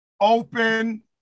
open